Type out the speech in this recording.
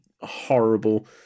horrible